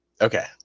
Okay